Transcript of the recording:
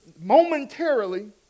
momentarily